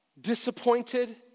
disappointed